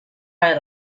had